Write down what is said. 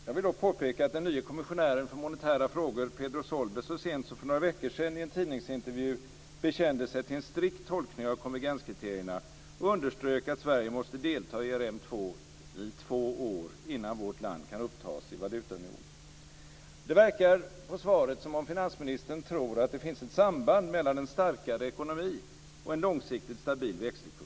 Jag vill dock påpeka att den nye kommissionären för monetära frågor, Pedro Solbes, så sent som för några veckor sedan i en tidningsintervju bekände sig till en strikt tolkning av konvergenskriterierna och underströk att Sverige måste delta i ERM2 i två år innan vårt land kan upptas i valutaunionen. Det verkar på svaret som om finansministern tror att det finns ett samband mellan en starkare ekonomi och en långsiktigt stabil växelkurs.